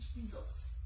Jesus